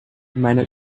meiner